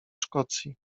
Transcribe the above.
szkocji